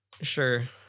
Sure